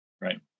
Right